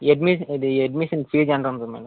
admission అది admission fee ఎంతుంటుంది madam